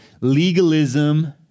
legalism